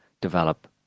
develop